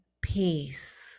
peace